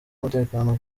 umutekano